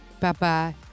Bye-bye